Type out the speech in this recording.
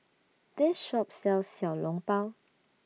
This Shop sells Xiao Long Bao